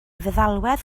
feddalwedd